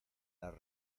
las